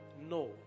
No